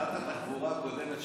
שרת התחבורה הקודמת,